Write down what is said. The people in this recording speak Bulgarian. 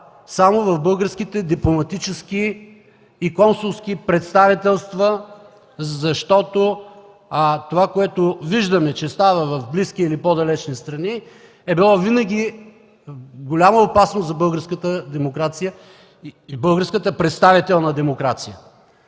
само в българските дипломатически и консулски представителства. Това, което виждаме, че става в близки или по-далечни страни, е било винаги голяма опасност за българската демокрация